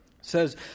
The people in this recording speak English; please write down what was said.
says